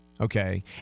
okay